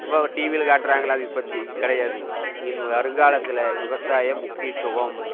இப்போ டிவியில் காட்டுறாங்களே இதை பற்றி கிடையாது இனி வருங்காலத்தில் விவசாயம் முக்கியத்துவம்